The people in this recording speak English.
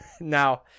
Now—